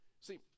See